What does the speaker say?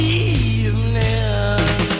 evening